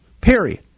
Period